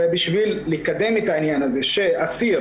הרי בשביל לקדם את העניין הזה שאסיר